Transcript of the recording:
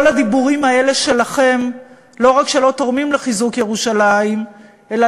כל הדיבורים האלה שלכם לא רק שלא תורמים לחיזוק ירושלים אלא,